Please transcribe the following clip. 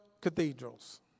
cathedrals